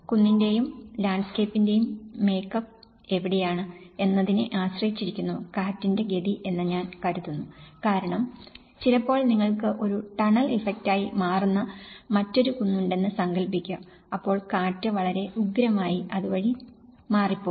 കുന്നിന്റെയും ലാൻഡ്സ്കേപ്പിന്റെയും മേക്കപ്പ് എവിടെയാണ് എന്നതിനെ ആശ്രയിച്ചിരിക്കുന്നു കാറ്റിന്റെ ഗതി എന്ന് ഞാൻ കരുതുന്നു കാരണം ചിലപ്പോൾ നിങ്ങൾക്ക് ഒരു ടണൽ ഇഫക്റ്റായി മാറുന്ന മറ്റൊരു കുന്നുണ്ടെന്നു സങ്കൽപ്പിക്കുക അപ്പോൾ കാറ്റ് വളരെ ഉഗ്രമായി അതുവഴി മാറിപ്പോകും